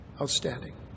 outstanding